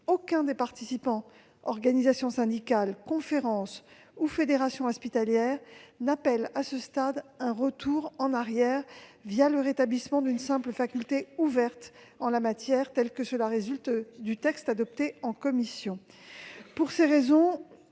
qu'aucun des participants- organisations syndicales, conférences ou fédérations hospitalières -n'appelle, à ce stade, à un retour en arrière le rétablissement d'une simple faculté en la matière, comme le prévoit le texte adopté par la commission.